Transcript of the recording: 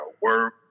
work